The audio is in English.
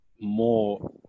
more